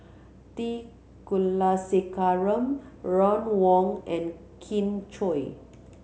T Kulasekaram Ron Wong and Kin Chui